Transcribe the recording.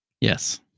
yes